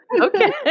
Okay